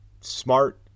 smart